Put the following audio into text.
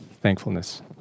thankfulness